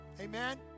Amen